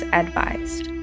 advised